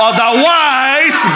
Otherwise